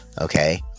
okay